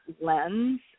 lens